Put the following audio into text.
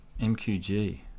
MQG